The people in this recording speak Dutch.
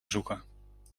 zoeken